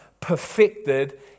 perfected